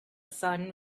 sun